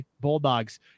Bulldogs